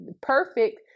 perfect